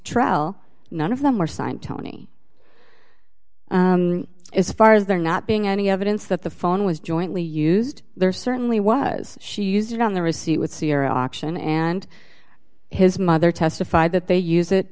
trial none of them were signed tony as far as there not being any evidence that the phone was jointly used there certainly was she used it on the receipt with zero option and his mother testified that they use it